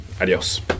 Adios